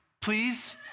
please